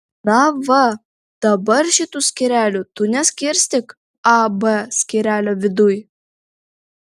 na va dabar šitų skyrelių tu neskirstyk a b skyrelio viduj